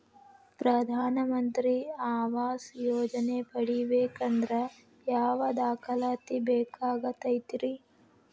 ಪ್ರಧಾನ ಮಂತ್ರಿ ಆವಾಸ್ ಯೋಜನೆ ಪಡಿಬೇಕಂದ್ರ ಯಾವ ದಾಖಲಾತಿ ಬೇಕಾಗತೈತ್ರಿ?